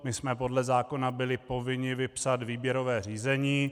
My jsme podle zákona byli povinni vypsat výběrové řízení.